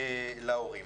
להורים.